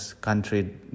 country